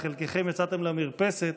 אז חלקכם יצאתם למרפסת,